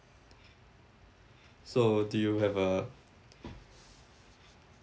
so do you have a